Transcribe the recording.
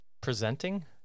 Presenting